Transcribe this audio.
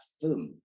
film